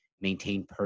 maintain